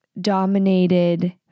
dominated